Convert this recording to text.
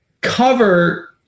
cover